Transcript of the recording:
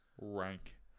rank